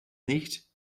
nicht